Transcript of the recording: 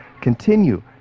continue